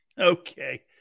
Okay